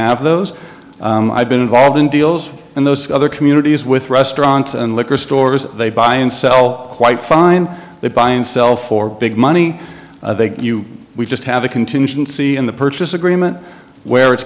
have those i've been involved in deals and those other communities with restaurants and liquor stores they buy and sell quite fine they buy and sell for big money they get you we just have a contingency in the purchase agreement where it's